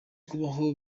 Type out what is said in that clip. kubaho